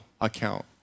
account